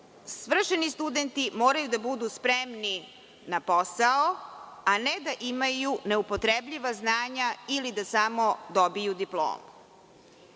ljudi. Svršeni studenti moraju da budu spremni na posao, a ne da imaju neupotrebljiva znanja ili da samo dobiju diplomu.